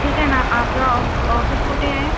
ठीक आहे ना आपलं ऑफ ऑफिस कुठे आहे